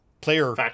player